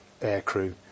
aircrew